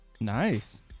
Nice